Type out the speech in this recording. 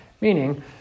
Meaning